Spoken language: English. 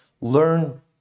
Learn